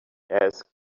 asked